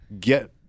get